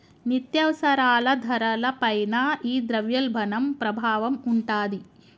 నిత్యావసరాల ధరల పైన ఈ ద్రవ్యోల్బణం ప్రభావం ఉంటాది